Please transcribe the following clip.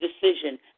decision